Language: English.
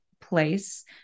place